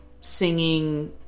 singing